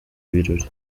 birori